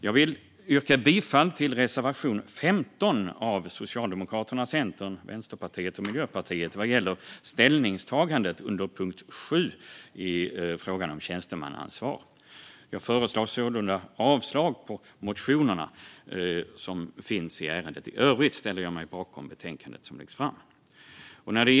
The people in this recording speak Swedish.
Vad gäller ställningstagande under punkt 7 i frågan om tjänstemannaansvar vill jag yrka bifall till reservation 15 av Socialdemokraterna, Centern, Vänsterpartiet och Miljöpartiet. Jag föreslår sålunda avslag på motionerna i ärendet. I övrigt ställer jag mig bakom det som lyfts fram i betänkandet.